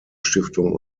stiftung